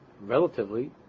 relatively